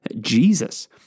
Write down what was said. Jesus